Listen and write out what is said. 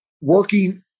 working